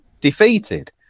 defeated